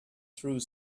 through